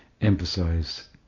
emphasize